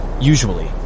Usually